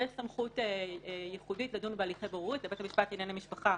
יש סמכות ייחודית לדון בהליכי בוררות לבית המשפט לענייני משפחה